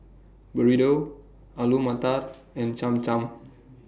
Burrito Alu Matar and Cham Cham